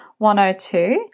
102